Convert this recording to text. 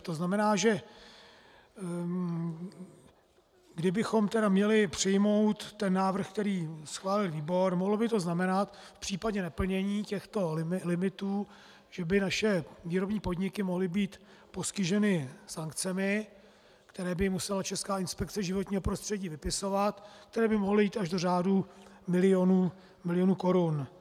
To znamená, že kdybychom měli přijmout návrh, který schválil výbor, mohlo by to znamenat v případě neplnění těchto limitů, že by naše výrobní podniky mohly být postiženy sankcemi, které by jim musela Česká inspekce životního prostředí vypisovat, které by mohly jít až do řádů milionů korun.